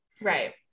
Right